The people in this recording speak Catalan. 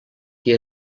qui